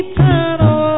Eternal